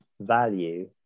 value